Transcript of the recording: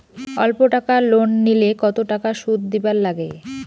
অল্প টাকা লোন নিলে কতো টাকা শুধ দিবার লাগে?